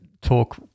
talk